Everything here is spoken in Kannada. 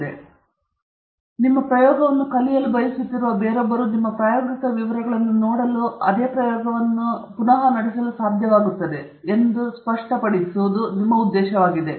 ಮತ್ತೆ ನಿಮ್ಮ ಪ್ರಯೋಗವನ್ನು ಕಲಿಯಲು ಬಯಸುತ್ತಿರುವ ಬೇರೊಬ್ಬರು ನಿಮ್ಮ ಪ್ರಾಯೋಗಿಕ ವಿವರಗಳನ್ನು ನೋಡಲು ಮತ್ತು ಇದೇ ರೀತಿಯ ಪ್ರಯೋಗವನ್ನು ನಡೆಸಲು ಸಾಧ್ಯವಾಗುತ್ತದೆ ಎಂದು ಸ್ಪಷ್ಟಪಡಿಸುವುದು ಉದ್ದೇಶವಾಗಿದೆ